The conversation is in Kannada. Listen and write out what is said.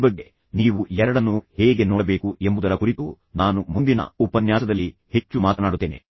ಈ ಬಗ್ಗೆ ನೀವು ಎರಡನ್ನೂ ಹೇಗೆ ನೋಡಬೇಕು ಎಂಬುದರ ಕುರಿತು ನಾನು ಮುಂದಿನ ಉಪನ್ಯಾಸದಲ್ಲಿ ಹೆಚ್ಚು ಮಾತನಾಡುತ್ತೇನೆ